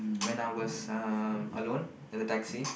when I was alone in a taxi